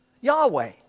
Yahweh